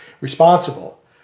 responsible